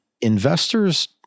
investors